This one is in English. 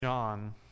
John